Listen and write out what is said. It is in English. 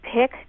pick